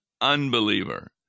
unbeliever